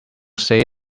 say